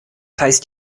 heißt